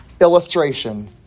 illustration